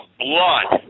blood